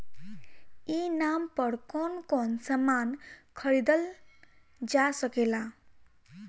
ई नाम पर कौन कौन समान खरीदल जा सकेला?